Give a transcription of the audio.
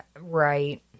Right